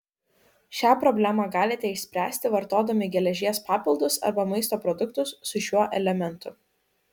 šią problemą galite išspręsti vartodami geležies papildus arba maisto produktus su šiuo elementu